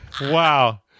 Wow